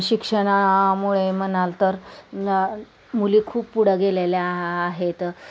शिक्षणामुळे म्हणाल तर मुली खूप पुढं गेलेल्या आ आहेत